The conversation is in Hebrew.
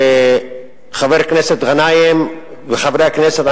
חבר הכנסת גנאים וחברי הכנסת,